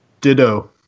Ditto